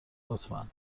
لطفا